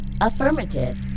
Affirmative